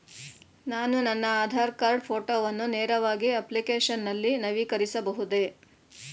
ನಾನು ನನ್ನ ಆಧಾರ್ ಕಾರ್ಡ್ ಫೋಟೋವನ್ನು ನೇರವಾಗಿ ಅಪ್ಲಿಕೇಶನ್ ನಲ್ಲಿ ನವೀಕರಿಸಬಹುದೇ?